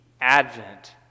Advent